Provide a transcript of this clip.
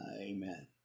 amen